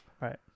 Right